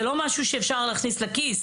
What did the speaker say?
זה לא משהו שאפשר להכניס לכיס.